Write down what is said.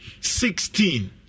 sixteen